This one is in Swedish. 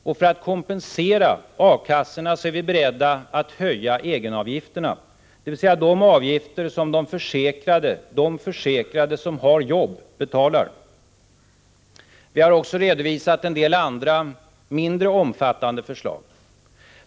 Och för att kompensera A-kassorna är vi beredda att höja egenavgifterna, dvs. de avgifter som de försäkrade som har jobb betalar. Vi har också redovisat en del andra mindre omfattande förslag.